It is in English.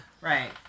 Right